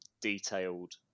detailed